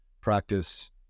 practice